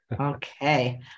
Okay